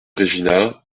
regina